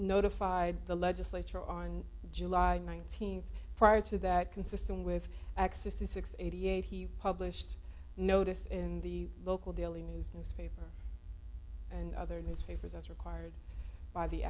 notified the legislature on july nineteenth prior to that consistent with access to six eighty eight he published a notice in the local daily news newspaper and other newspapers as required by the